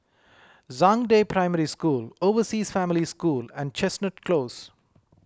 Zhangde Primary School Overseas Family School and Chestnut Close